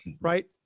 right